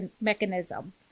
mechanism